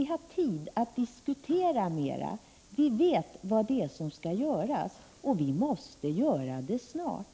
9 december 1988 Jag tycker inte vi har tid att diskutera mer. Vi vet vad som skall görs, och ZZX— HH - vi måste göra det snart.